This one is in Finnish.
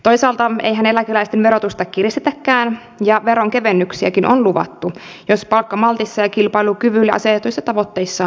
toisaalta eihän eläkeläisten verotusta kiristetäkään ja veronkevennyksiäkin on luvattu jos palkkamaltissa ja kilpailukyvylle asetetuissa tavoitteissa onnistutaan